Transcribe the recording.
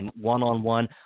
one-on-one